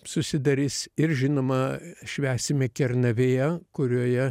susidarys ir žinoma švęsime kernavėje kurioje